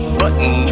button